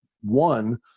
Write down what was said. one